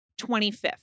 25th